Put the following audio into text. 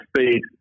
speed